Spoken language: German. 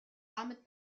damit